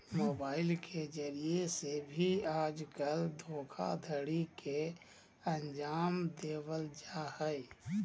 mobile के जरिये से भी आजकल धोखाधडी के अन्जाम देवल जा हय